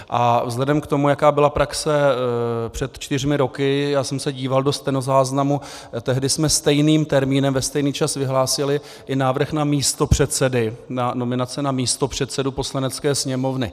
A vzhledem k tomu, jaká byla praxe před čtyřmi roky, já jsem se díval do stenozáznamu, tehdy jsme stejným termínem ve stejný čas vyhlásili i návrh na nominace na místopředsedy Poslanecké sněmovny.